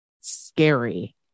scary